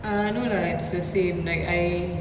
ah no know lah it's the same like I